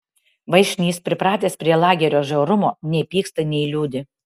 vaišnys pripratęs prie lagerio žiaurumo nei pyksta nei liūdi